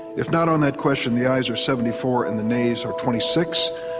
if not on that question, the ayes are seventy four and the nays are twenty six.